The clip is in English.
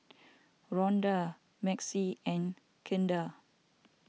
Rhonda Maxie and Kendall